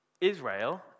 Israel